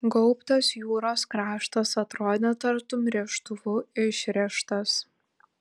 gaubtas jūros kraštas atrodė tartum rėžtuvu išrėžtas